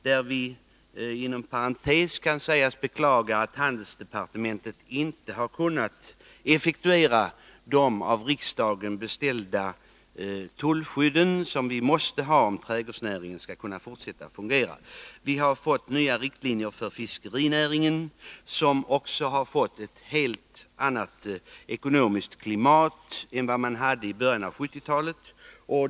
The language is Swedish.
Jag kan inom parentes säga att vi beklagar att handelsdepartementet inte har kunnat effektuera de av riksdagen beställda tullskydden, som vi måste ha om trädgårdsnäringen skall kunna fortsätta att fungera. Vi har fått nya riktlinjer för fiskerinäringen, som också har fått ett helt annat ekonomiskt klimat än man hade i början av 1970-talet.